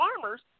farmers